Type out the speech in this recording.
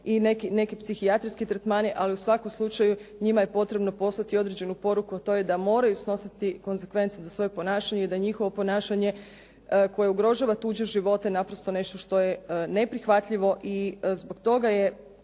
i neke psihijatrijske tretmane, ali u svakom slučaju njima je potrebno poslati određenu poruku, a to je da moraju snositi konzekvence za svoje ponašanje i da njihovo ponašanje koje ugrožava tuđe živote naprosto nešto što je neprihvatljivo. I zbog toga je